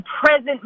present